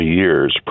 years